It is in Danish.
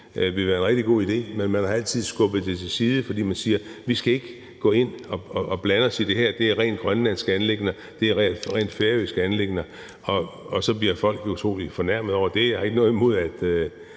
ment ville være en rigtig god idé, men man har altid skubbet det til side, fordi man siger: Vi skal ikke gå ind og blande os i det her; det er rent grønlandske anliggender, det er rent færøske anliggender. Og så bliver folk utrolig fornærmede over det. Jeg har ikke noget imod, at